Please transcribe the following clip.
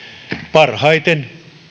parhaiten